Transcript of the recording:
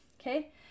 Okay